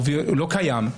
הוא לא קיים,